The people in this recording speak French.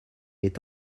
est